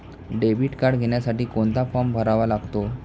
Debit card घेण्यासाठी कोणता form भरावा लागतो?